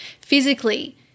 physically